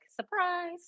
surprise